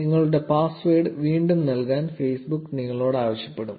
0122 നിങ്ങളുടെ പാസ്വേഡ് വീണ്ടും നൽകാൻ Facebook നിങ്ങളോട് ആവശ്യപ്പെടും